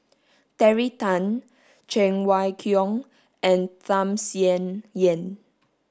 Terry Tan Cheng Wai Keung and Tham Sien Yen